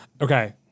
Okay